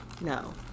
no